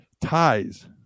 ties